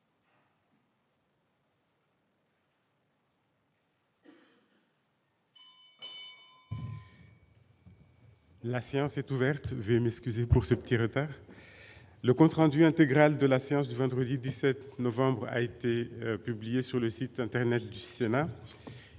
La séance est ouverte.